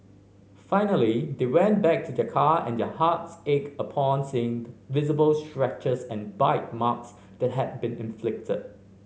finally they went back to their car and their hearts ached upon seeing the visible scratches and bite marks that had been inflicted